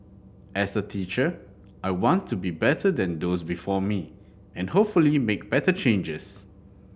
as a teacher I want to be better than those before me and hopefully make better changes